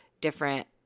different